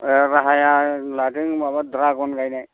ए राहाया लादों माबा द्रागन गायनाय